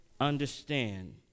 understand